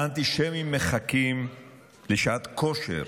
האנטישמים מחכים לשעת כושר